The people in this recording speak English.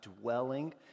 dwelling